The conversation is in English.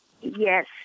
Yes